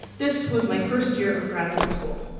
this was my first year of graduate school.